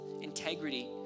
integrity